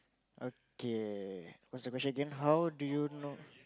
okay what's the question again how do you know